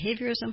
behaviorism